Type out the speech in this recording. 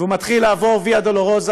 והוא מתחיל לעבור ויה דולורוזה